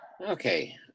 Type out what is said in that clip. Okay